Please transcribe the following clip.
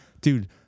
Dude